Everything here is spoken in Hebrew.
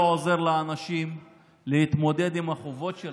עוזר לאנשים להתמודד עם החובות שלהם,